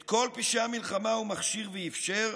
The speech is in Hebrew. את כל פשעי המלחמה הוא מכשיר ואפשר,